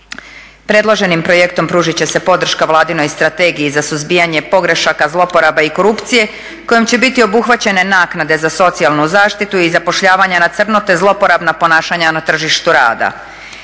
Predloženim projektom pružit će se podrška Vladinoj strategiji za suzbijanje pogrešaka, zlouporaba i korupcije kojim će biti obuhvaćene naknade za socijalnu zaštitu i zapošljava na crno te zlouporabna ponašanja na tržištu rada.